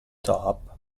top